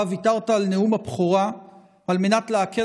שבה ויתרת על נאום הבכורה על מנת להקל